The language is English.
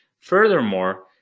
Furthermore